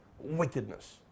Wickedness